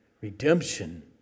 redemption